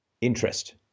interest